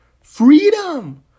Freedom